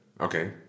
Okay